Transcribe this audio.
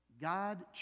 God